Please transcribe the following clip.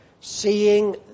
Seeing